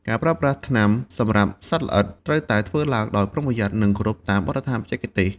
ការប្រើប្រាស់ថ្នាំសម្លាប់សត្វល្អិតត្រូវតែធ្វើឡើងដោយប្រុងប្រយ័ត្ន និងគោរពតាមបទដ្ឋានបច្ចេកទេស។